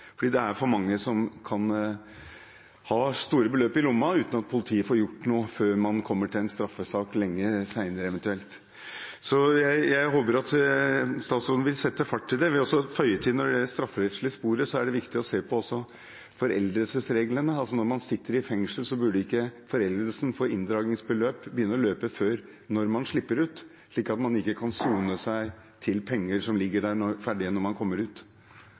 fordi det er for mange som kan ha store beløp i lommen uten at politiet får gjort noe før man kommer til en straffesak eventuelt mye senere. Så jeg håper at statsråden vil sette fart i det. Jeg vil også føye til: Når det gjelder det strafferettslige sporet, er det viktig å se på foreldelsesreglene. Når man sitter i fengsel, bør ikke foreldelsen for inndragningsbeløp begynne å løpe før når man slipper ut, slik at man ikke kan sone seg til penger som ligger der ferdig når man kommer ut.